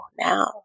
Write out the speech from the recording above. now